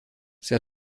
sie